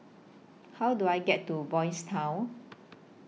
How Do I get to Boys' Town